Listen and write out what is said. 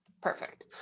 perfect